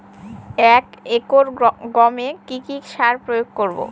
এক একর গমে কি কী সার প্রয়োগ করব?